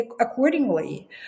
accordingly